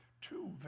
Two